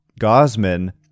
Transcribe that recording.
Gosman